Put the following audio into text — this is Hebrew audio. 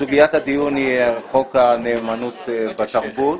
סוגיית הדיון היא חוק הנאמנות בתרבות.